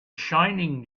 shining